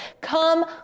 come